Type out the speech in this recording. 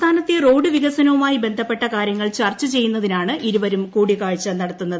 സംസ്ഥാനത്തെ റോഡ് വിക്സ്നവുമായി ബന്ധപ്പെട്ട കാര്യങ്ങൾ ചർച്ച ചെയ്യുന്നതിനാണ്ണ് ഇരുവരും കൂടിക്കാഴ്ച നടത്തുന്നത്